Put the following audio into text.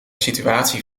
situatie